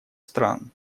стран